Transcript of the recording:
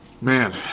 Man